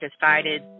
decided